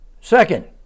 Second